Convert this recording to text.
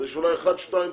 יש אולי אחד, שתיים.